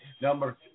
number